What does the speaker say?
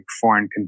foreign